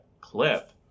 clip